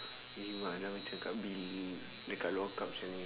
kimak dah macam kat bilik dekat lockup [siol] ni